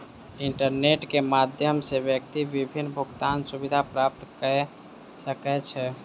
internet के माध्यम सॅ व्यक्ति विभिन्न भुगतान सुविधा प्राप्त कय सकै छै